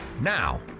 Now